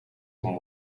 kon